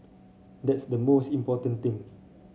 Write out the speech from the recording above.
that's the most important thing